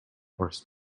horse